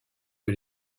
que